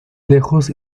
lejos